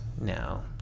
now